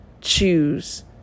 choose